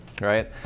right